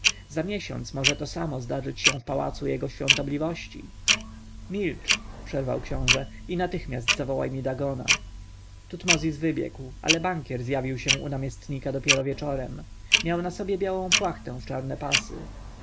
za miesiąc może to samo zdarzyć się w pałacu jego świątobliwości milcz przerwał książę i natychmiast zawołaj mi dagona tutmozis wybiegł ale bankier zjawił się u namiestnika dopiero wieczorem miał na sobie białą płachtę w czarne pasy